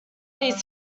these